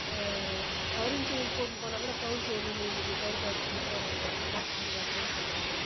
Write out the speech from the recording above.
covering chain போட்னு போனால் கூட பவுன் செயினுன்னு இன்றைக்கி கழுத்தை அறுத்துட்டு போகிறாங்க என்ன பாதுகாப்புன் சொல்கிறாங்க